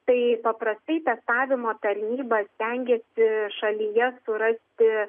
tai paprastai testavimo tarnyba stengiasi šalyje surasti